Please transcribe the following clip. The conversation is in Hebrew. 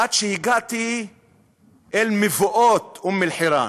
עד שהגעתי אל מבואות אום-אלחיראן.